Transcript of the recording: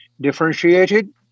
differentiated